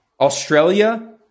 Australia